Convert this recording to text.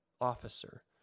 officer